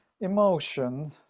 emotion